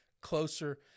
closer